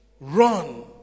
run